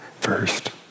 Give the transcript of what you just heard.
first